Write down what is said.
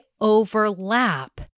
overlap